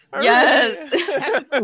Yes